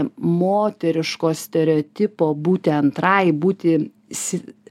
moteriško stereotipo būti antrai būti si